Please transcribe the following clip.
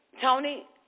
Tony